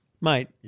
Mate